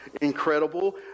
incredible